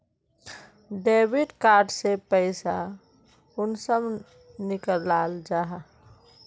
Debit card से पैसा कुंसम निकलाल जाहा?